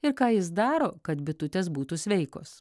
ir ką jis daro kad bitutes būtų sveikos